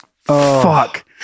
Fuck